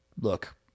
look